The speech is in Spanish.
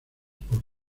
por